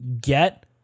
get